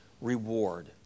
reward